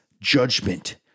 judgment